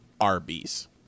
Arby's